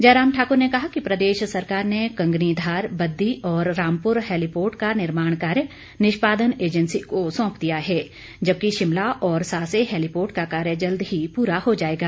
जयराम ठाक्र ने कहा कि प्रदेश सरकार ने कंगनीधार बददी और रामपुर हैलीपोर्ट का निर्माण कार्य निष्पादन एंजेसी को सौंप दिया है जबकि शिमला और सासे हैलीपोर्ट का कार्य जल्द ही प्ररा हो जाएगा